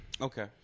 Okay